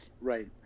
Right